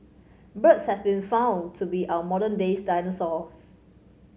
birds have been found to be our modern days dinosaurs